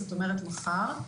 זאת אומרת מחר.